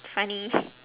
funny